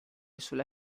sulla